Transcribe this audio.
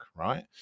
Right